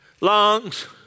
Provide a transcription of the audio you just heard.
lungs